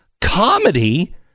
Comedy